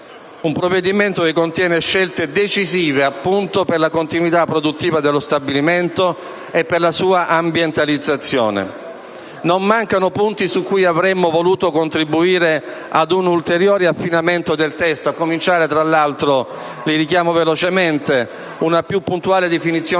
un provvedimento che contiene scelte decisive per la continuità produttiva dello stabilimento e per la sua ambientalizzazione. Non mancano punti su cui avremmo voluto contribuire ad un ulteriore affinamento del testo, a cominciare, tra l'altro - li richiamo velocemente - da una più puntuale definizione